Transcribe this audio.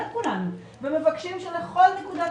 מה ביקשנו בסך הכול?